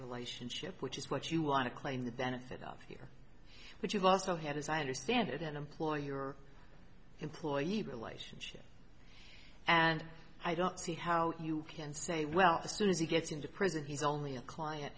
relationship which is what you want to claim the benefit of but you've also had as i understand it an employer employee relationship and i don't see how you can say well soon as he gets into prison he's only a client